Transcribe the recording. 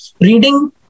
reading